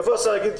יבוא השר יגיד,